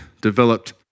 developed